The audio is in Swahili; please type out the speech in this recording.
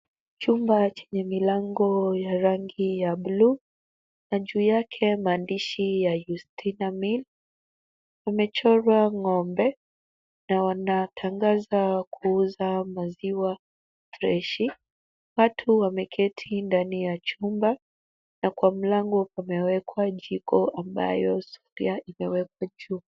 Chumba chenye milango ya rangi ya blue na juu yake maandishi ya Yustina milk . Kumechorwa ng'ombe na wanatangaza kuuza maziwa freshi . Watu wameketi ndani ya chumba na kwa mlango kumewekwa jiko ambayo sufuria imewekwa juu.